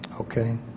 okay